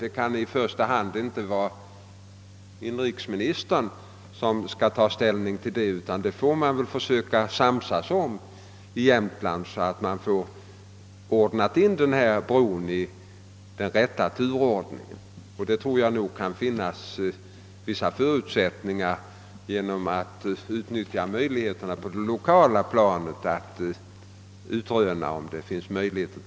Det kan inte i första hand vara inrikesministern som skall ta ställning härtill, utan man får i Jämtland försöka komma överens om den riktiga turordningen för förverkligandet av brobygget. Jag tror att det finns förutsättningar härför genom utnyttjande av möjligheterna på det lokala planet.